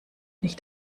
nicht